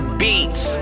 beats